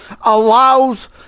allows